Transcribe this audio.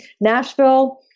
Nashville